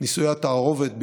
נישואי התערובת,